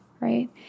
right